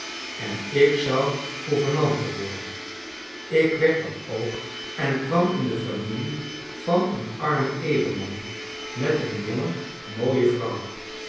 en ik zou gouvernante worden ik werd dat ook en kwam in de familie van een armen edelman met een jonge mooie vrouw